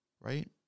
Right